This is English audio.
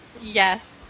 Yes